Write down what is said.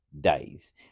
days